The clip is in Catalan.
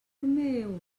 meu